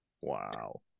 Wow